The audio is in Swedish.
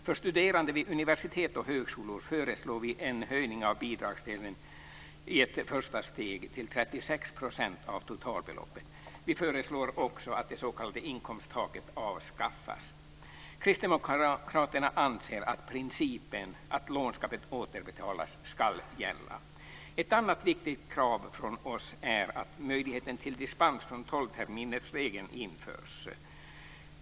För studerande vid universitet och högskolor föreslår vi en höjning av bidragsdelen i ett första steg till 36 % av totalbeloppet. Vi föreslår också att det s.k. inkomsttaket avskaffas. Kristdemokraterna anser att principen att lån ska återbetalas ska gälla. Ett annat viktigt krav från oss är att en möjlighet till dispens från tolvterminersregeln införs.